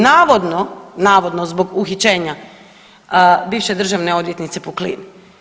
Navodno, navodno zbog uhićenja bivše državne odvjetnice Puklin.